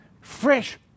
Fresh